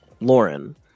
Lauren